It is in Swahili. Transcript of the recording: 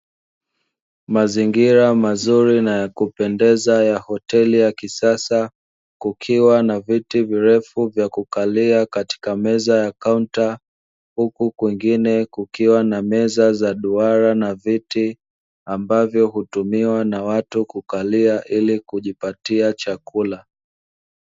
Mazingira mazuri na ya kupendeza ya hoteli ya kisasa, kukiwa na viti virefu vya kukalia katika meza ya kaunta, huku kwingine kukiwa na meza za duara na viti, ambavyo hutumiwa na watu kukalia ili kujipatia chakula.